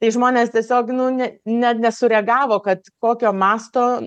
tai žmonės tiesiog nu ne ne nesureagavo kad kokio masto